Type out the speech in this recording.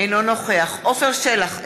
אינו נוכח עפר שלח,